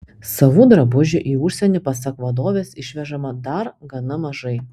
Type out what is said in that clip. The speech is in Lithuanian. savų drabužių į užsienį pasak vadovės išvežama dar gana mažai